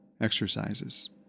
exercises